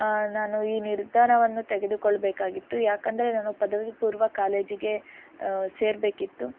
ನಾನು ಈ ನಿರ್ಧಾರವನ್ನು ತೆಗೆದುಕೊಳ್ಬೇಕಾಗಿತ್ತು ಯಾಕಂದರೆ ನಾನು ಪದವಿ ಪೂರ್ವ ಕಾಲೇಜಿಗೆ ಸೇರಬೇಕಿತ್ತು